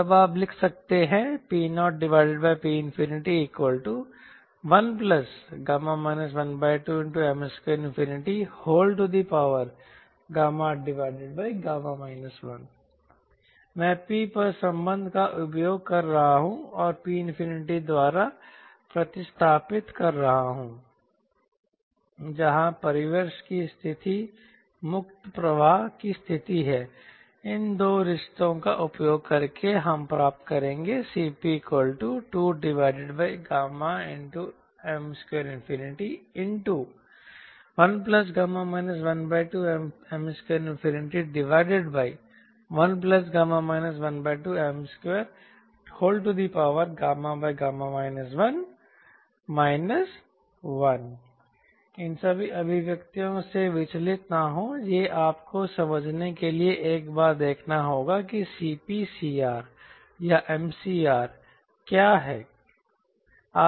तब आप लिख सकते हैं P0P1γ 12M2γ 1 मैं P पर संबंध का उपयोग कर रहा हूं और P द्वारा प्रतिस्थापित कर रहा हूं जहां परिवेश की स्थिति मुक्त प्रवाह की स्थिति है इन 2 रिश्तों का उपयोग करके हम प्राप्त करेंगे CP2M21γ 12M21γ 12M2γ 1 1 इन सभी अभिव्यक्तियों से विचलित न हों ये आपको समझने के लिए एक बार देखना होगा कि CPCR या MCR क्या है